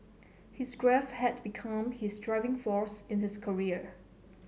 his grief had become his driving force in his career